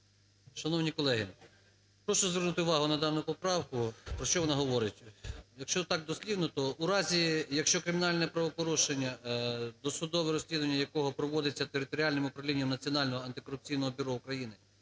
Шановні колеги, прошу звернути увагу на дану поправку. Про що вона говорить? Якщо так дослівно, то у разі, якщо кримінальне правопорушення, досудове розслідування якого проводиться територіальним управлінням Національного антикорупційного бюро України,